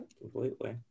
Completely